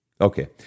Okay